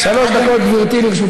שלוש דקות לרשותך,